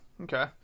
okay